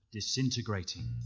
disintegrating